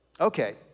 Okay